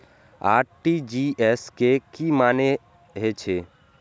RTGS के की मानें हे छे?